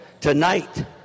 Tonight